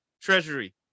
treasury